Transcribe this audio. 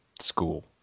school